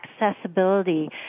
accessibility